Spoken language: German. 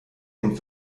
dem